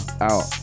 out